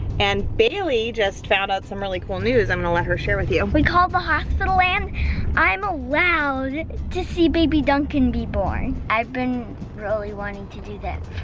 and bailey just found out some really cool news. i'm gonna let her share with you. we called the hospital and i'm allowed to see baby duncan be born. i've been really wanting to do that